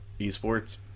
eSports